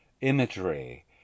imagery